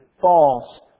false